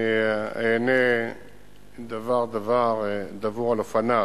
אענה דבר-דבר, דבור על אופניו.